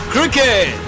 Cricket